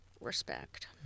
respect